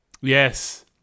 yes